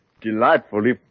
delightfully